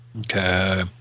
Okay